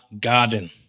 garden